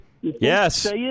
Yes